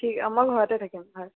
অঁ মই ঘৰতে থাকিম হয়